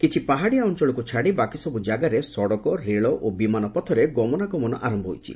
କିଛି ପାହାଡ଼ିଆ ଅଞ୍ଚଳକୁ ଛାଡ଼ି ବାକି ସବୁ ଜାଗାରେ ସଡ଼କ ରେଳ ଓ ବିମାନ ପଥରେ ଗମନାଗମନ ଆରମ୍ଭ ହୋଇଛି